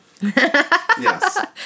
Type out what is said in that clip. Yes